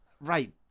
Right